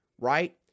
right